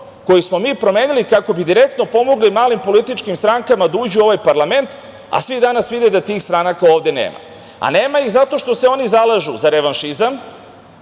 koji smo mi promenili kako bi direktno pomogli malim političkim strankama da uđu u ovaj parlament, a svi danas vide da tih stranaka ovde nema. Nema ih zato što se oni zalažu za revanšizam,